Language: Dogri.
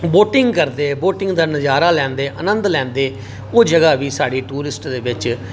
बोटिंग करदे बोटिंग दा नजारा लैंदे आनंद लैंदें ओह् जगह बी साढ़ी टूरिस्ट दे बिच